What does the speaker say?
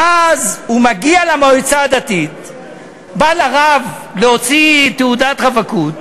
ואז הוא מגיע למועצה הדתית ובא לרב להוציא תעודת רווקות,